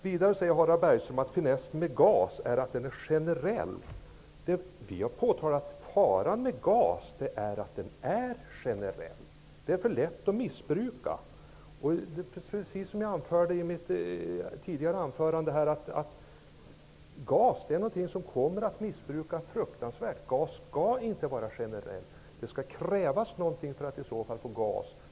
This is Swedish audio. Vidare säger Harald Bergström att finessen med GAS är att det är generellt. Vi har påtalat att faran med GAS är att det är generellt. Det är för lätt att missbruka. Jag sade i mitt tidigare anförande att GAS kommer att missbrukas fruktansvärt mycket. GAS skall inte vara generellt. Det skall krävas någonting för att få GAS.